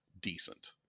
decent